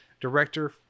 Director